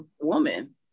woman